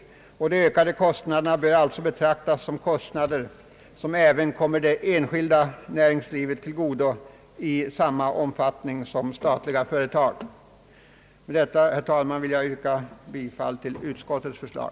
De ökade kostnaderna bör alltså betraktas som kostnader, vilka även kommer det enskilda näringslivet till godo i samma omfattning som de statliga företagen. Med detta, herr talman, vill jag yrka bifall till utskottets förslag.